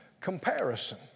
comparison